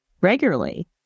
regularly